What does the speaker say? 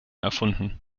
erfunden